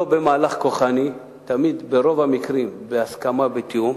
לא במהלך כוחני, ברוב המקרים בהסכמה ותיאום.